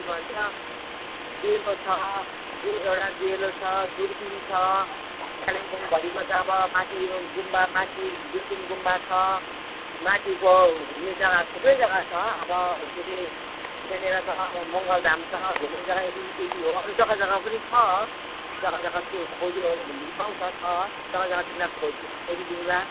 के भन्छ डेलो छ डे एउटा डेलो छ दुर्बिन छ कालिम्पोङभरिमा त अब माथि यो गुम्बा माथि दुर्बिन गुम्बा छ माथिको घुम्ने जग्गा थुप्रै जग्गा छ अब के अरे त्यहाँनिर मङ्गल धाम छ घुम्ने जग्गा यति हो तर अरू जग्गा जग्गा पनि छ जग्गा जग्गाहरू खोज्यो ओर्यो भनेदेखि पाउँछ छ जग्गा जग्गा तिमीलाई खोजी खोजी दिउँला